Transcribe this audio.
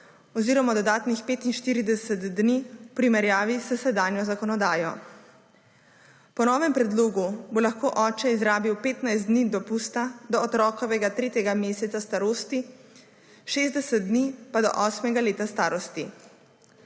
oziroma dodatnih 45 dni v primerjavi s sedanjo zakonodajo. Po novem predlogu bo lahko oče izrabil 15 dni dopusta do otrokovega tretjega meseca starosti, 60 dni pa do osmega leta starosti.